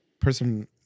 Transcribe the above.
person